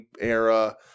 era